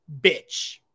Bitch